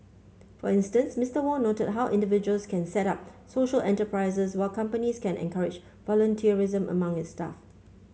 for instance Mister Wong noted how individuals can set up social enterprises while companies can encourage volunteerism among its staff